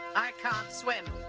i can't swim.